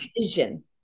vision